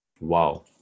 Wow